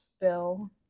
bill